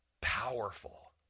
powerful